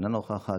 אינה נוכחת,